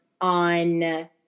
on